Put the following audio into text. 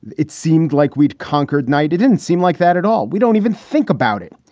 it seemed like we'd conquered night. it didn't seem like that at all. we don't even think about it.